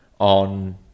On